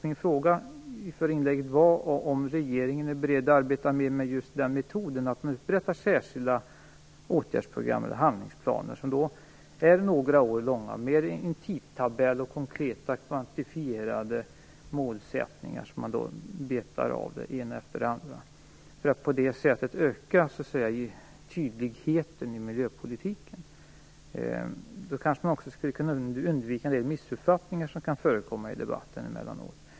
Min fråga i det förra inlägget var om regeringen är beredd att mera arbeta med just metoden att upprätta särskilda åtgärdsprogram/handlingsplaner som omfattar några år och som innehåller en tidtabell och mer av konkreta kvantifierade målsättningar där det ena efter det andra betas av för att på det sättet göra det tydligare. Då skulle man kanske också kunna undvika en del missuppfattningar. Sådana kan ju emellanåt förekomma i debatten.